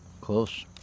close